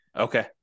Okay